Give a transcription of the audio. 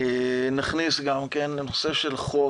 --- נכניס גם נושא של חוק.